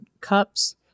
cups